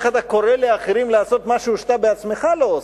איך אתה קורא לאחרים לעשות משהו שאתה בעצמך לא עושה?